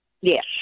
Yes